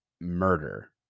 murder